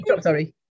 sorry